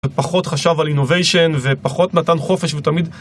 פחות חשב על אינוביישן ופחות נתן חופש, הוא תמיד